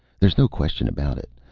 there's no question about it.